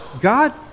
God